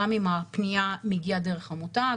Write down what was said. גם אם הפנייה מגיעה דרך עמותה,